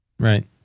Right